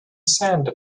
sand